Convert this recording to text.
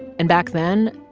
and back then,